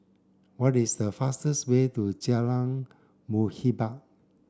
what is the fastest way to Jalan Muhibbah